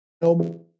no